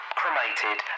cremated